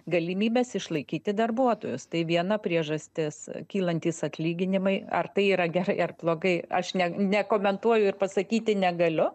galimybes išlaikyti darbuotojus tai viena priežastis kylantys atlyginimai ar tai yra gerai ar blogai aš ne nekomentuoju ir pasakyti negaliu